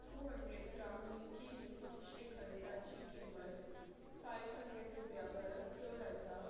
two hundred gram milky mist श्रीखंडाची किंमत five hundred रुपया परस चड आसा